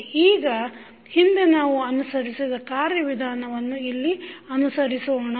ಈಗ ಹಿಂದೆ ನಾವು ಅನುಸರಿಸಿದ ಕಾರ್ಯವಿಧಾನವನ್ನು ಇಲ್ಲಿ ಅನುಸರಿಸೋಣ